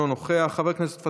חבר הכנסת אלכס קושניר,